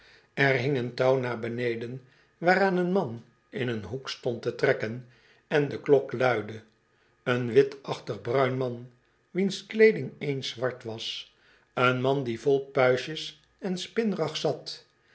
er hing een touw naar beneden waaraan een man in een hoek stond te trekken en de klok luidde een witachtig bmin man wiens kleeding eens zwart was een man die vol puistjes en spinrag zat